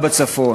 אבל לו ישבת כאן,